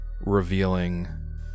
revealing